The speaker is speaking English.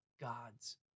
God's